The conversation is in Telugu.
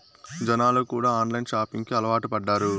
జనాలు కూడా ఆన్లైన్ షాపింగ్ కి అలవాటు పడ్డారు